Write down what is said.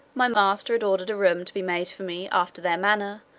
my master had ordered a room to be made for me, after their manner,